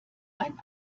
ein